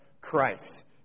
Christ